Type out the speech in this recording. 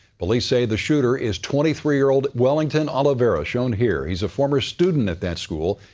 police say the shooter is twenty three year old wellington oliveira, shown here. he's a former student at that school.